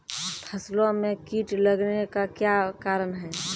फसलो मे कीट लगने का क्या कारण है?